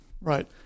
Right